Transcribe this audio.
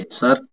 sir